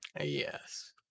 Yes